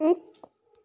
ਇੱਕ